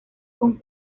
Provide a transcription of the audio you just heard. con